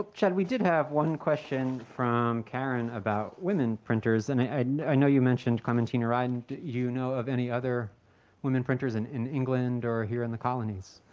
chad, we did have one question from karen about women printers, and i i know you mentioned clementina rind. do you know of any other women printers and in england or here in the colonies?